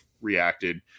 reacted